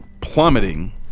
plummeting